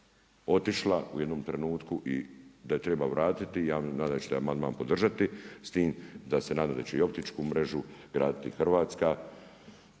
otišla u jednom trenutku i da je treba vratiti. Ja znam da ćete amandman podržati s tim da se nadam da će i optičku mrežu graditi Hrvatska